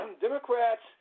Democrats